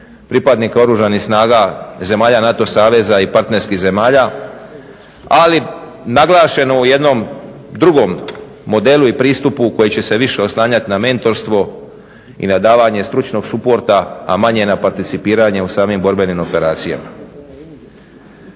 pripadnika Oružanih snaga iz zemalja NATO saveza i partnerskih zemalja, ali naglašeno u jednom drugom modelu i pristupu koji će se više oslanjati na mentorstvo i na davanje stručnog supporta, a manje na participiranje u samim borbenim operacijama.